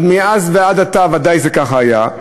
אבל מאז ועד עתה זה כך היה.